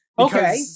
Okay